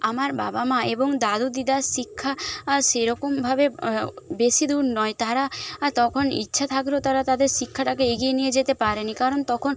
আমার বাবা মা এবং দাদু দিদার শিক্ষা আ সেরকমভাবে বেশি দূর নয় তারা আ তখন ইচ্ছা থাকলেও তারা তাদের শিক্ষাটাকে এগিয়ে নিয়ে যেতে পারেনি কারণ তখন